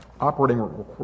operating